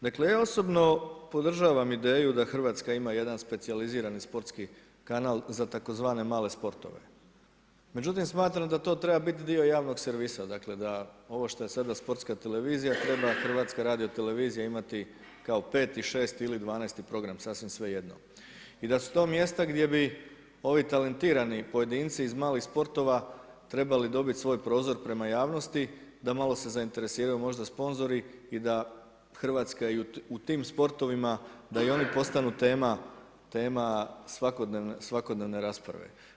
Dakle ja osobno podržavam ideju da Hrvatska ima jedan specijaliziran sportski kanal za tzv. male sportove, međutim smatram da to treba biti dio javnog servisa, dakle da ovo što je sada Sportska televizija treba HRT imati kao 5., 6. ili 12. program sasvim svejedno i da su to mjesta gdje bi ovi talentirani pojedinci iz malih sportova trebali dobiti svoj prozor prema javnosti da malo se zainteresiraju možda sponzori i da Hrvatska i u tim sportovima da i oni postanu tema svakodnevne rasprave.